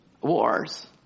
wars